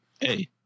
hey